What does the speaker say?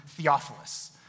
Theophilus